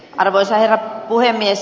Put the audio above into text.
arvoisa herra puhemies